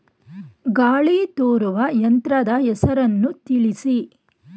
ಗಾಳಿ ತೂರುವ ಯಂತ್ರದ ಹೆಸರನ್ನು ತಿಳಿಸಿ?